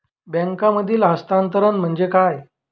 बँकांमधील हस्तांतरण म्हणजे काय?